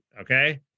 okay